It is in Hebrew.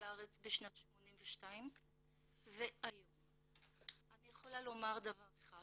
לארץ בשנת 1982 והיום אני יכולה לומר דבר אחד,